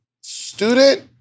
student